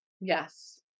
yes